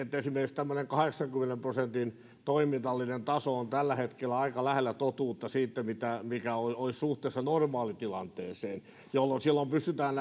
että esimerkiksi tämmöinen kahdeksankymmenen prosentin toiminnallinen taso on tällä hetkellä aika lähellä totuutta siitä mikä olisi suhteessa normaalitilanteeseen ja silloin pystytään